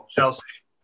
Chelsea